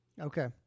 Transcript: Okay